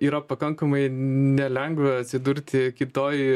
yra pakankamai nelengva atsidurti kitoj